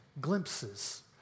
glimpses